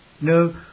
No